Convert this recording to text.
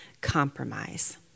compromise